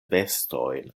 vestojn